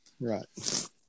Right